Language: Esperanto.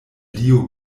dio